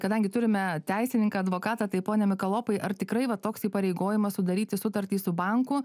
kadangi turime teisininką advokatą tai pone mikalopai ar tikrai va toks įpareigojimas sudaryti sutartį su banku